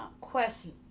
question